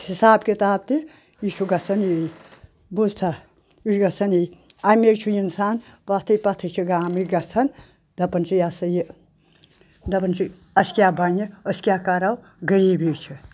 حِساب کِتاب تہِ یہِ چھُ گژھان یی بوٗزتھا یہِ چھُ گژھان یی اَمے چھُ اِنسان پتھٕے پتھٕے چھِ گامٕکۍ گژھان دَپان چھِ یہِ ہسا یہِ دَپان چھِ اسہِ کیاہ بَنہِ أسۍ کیٛاہ کَرَو غریٖبی چھِ